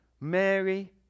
Mary